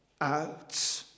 out